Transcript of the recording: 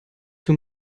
too